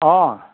অঁ